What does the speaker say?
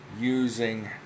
using